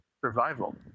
survival